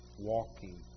Walking